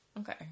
Okay